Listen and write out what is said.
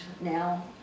now